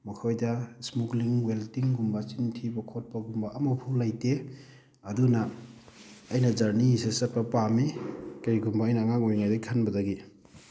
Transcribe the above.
ꯃꯈꯣꯏꯗ ꯏꯁꯃꯨꯒ꯭ꯂꯤꯡ ꯋꯦꯜꯇꯤꯡꯒꯨꯝꯕ ꯆꯤꯟ ꯊꯤꯕ ꯈꯣꯠꯄꯒꯨꯝꯕ ꯑꯃꯐꯧ ꯂꯩꯇꯦ ꯑꯗꯨꯅ ꯑꯩꯅ ꯖꯔꯅꯤ ꯑꯁꯤ ꯆꯠꯄ ꯄꯥꯝꯃꯤ ꯀꯩꯒꯨꯝꯕ ꯑꯩꯅ ꯑꯉꯥꯡ ꯑꯣꯏꯔꯤꯉꯩꯗꯩ ꯈꯟꯕꯗꯒꯤ